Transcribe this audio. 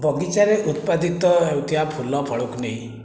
ବଗିଚାରେ ଉତ୍ପାଦିତ ହେଉଥିବା ଫୁଲ ଫଳକୁ ନେଇ